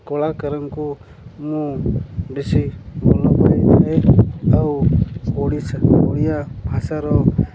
କଳାକାରଙ୍କୁ ମୁଁ ବେଶୀ ଭଲ ପାଇଥାଏ ଆଉ ଓଡ଼ିଶା ଓଡ଼ିଆ ଭାଷାର